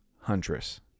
huntress